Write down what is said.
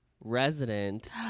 resident